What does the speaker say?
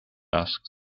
asked